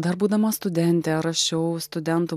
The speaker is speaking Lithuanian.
dar būdama studentė rašiau studentų